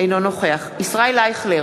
אינו נוכח ישראל אייכלר,